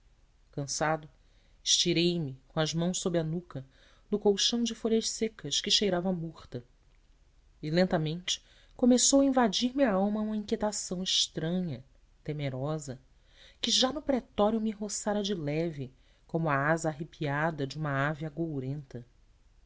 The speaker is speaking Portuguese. cansado estirei-me com as mãos sob a nuca no colchão de folhas secas que cheirava a murta e lentamente começou a invadir me a alma uma inquietação estranha temerosa que já no pretório me roçara de leve como a asa arrepiada de uma ave agourenta